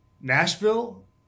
Nashville